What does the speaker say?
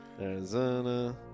Arizona